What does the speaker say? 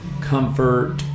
comfort